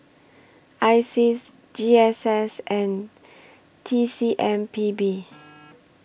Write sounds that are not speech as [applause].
ISEAS G S S and T C M P B [noise]